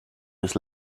his